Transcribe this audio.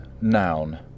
noun